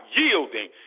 yielding